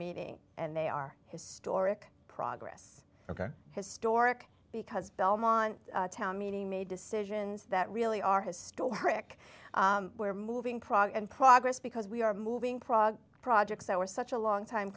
meeting and they are historic progress ok historic because belmont town meeting made decisions that really are historic we're moving prague and progress because we are moving prague projects that were such a long time